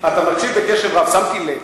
אתה מקשיב בקשב רב, שמתי לב.